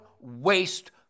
waste